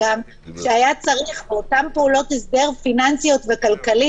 שצריך באותן פעולות הסדר פיננסי וכלכלי,